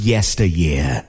Yesteryear